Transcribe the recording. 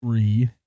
Three